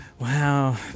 Wow